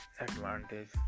advantage